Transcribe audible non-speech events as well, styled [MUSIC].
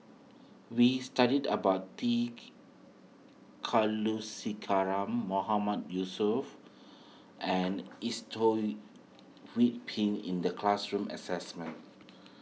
we studied about T [UNINTELLIGIBLE] Kulasekaram Mahmood Yusof and [UNINTELLIGIBLE] Hui Pin in the classroom assignment